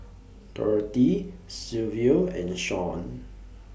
Dorathy Silvio and Shaun